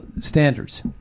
standards